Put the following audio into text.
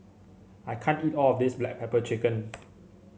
I can't eat all of this Black Pepper Chicken